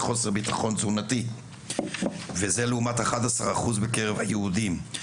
סובלות מחוסר ביטחון תזונתי וזה לעומת 11 אחוז בקרב היהודים.